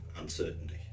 uncertainty